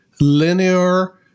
linear